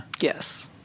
yes